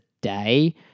day